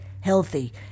healthy